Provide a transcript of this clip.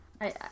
I-